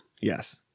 Yes